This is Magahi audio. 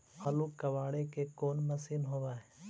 आलू कबाड़े के कोन मशिन होब है?